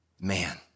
Man